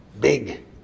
big